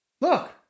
Look